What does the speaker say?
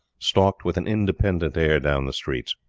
stalked with an independent air down the streets.